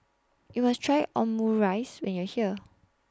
YOU must Try Omurice when YOU Are here